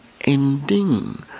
ending